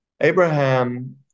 Abraham